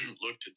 looked